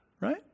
Right